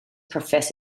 prof